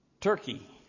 Turkey